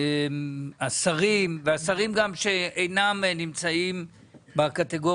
השרים והשרים גם שאינם נמצאים בקטגוריה